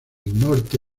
norte